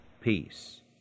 peace